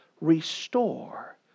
restore